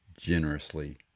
generously